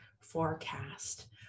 forecast